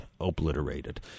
obliterated